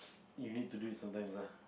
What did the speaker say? you need do it sometimes lah